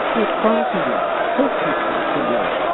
its far too late, hopelessly too late.